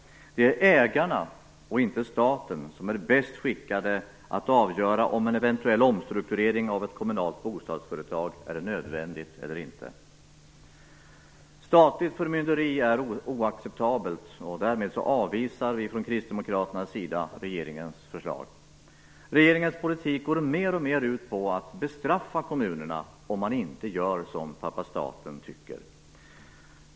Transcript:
Det är ägarna och inte staten som är bäst skickade att avgöra om en eventuell omstrukturering av ett kommunalt bostadsföretag är nödvändigt eller inte. Statligt förmynderi är oacceptabelt och därmed avvisar Kristdemokraterna regeringens förslag. Regeringens politik går mer och mer ut på att bestraffa kommunerna om man inte gör som pappa staten tycker.